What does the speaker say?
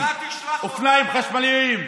אופניים חשמליים.